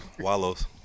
Wallows